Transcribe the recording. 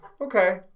Okay